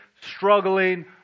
struggling